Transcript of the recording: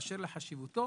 באשר לחשיבותו